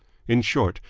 in short,